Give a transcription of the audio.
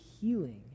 healing